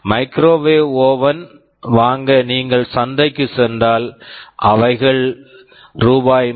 microwave oven microwave oven ஐ வாங்க நீங்கள் சந்தைக்குச் சென்றால் அவைகள் ரூ